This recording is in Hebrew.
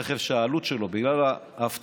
רכב שהעלות שלו, בגלל האבטחה,